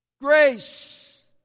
Grace